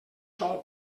sol